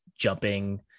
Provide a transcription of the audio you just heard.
jumping